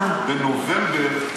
בנובמבר,